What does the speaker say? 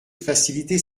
faciliter